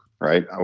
Right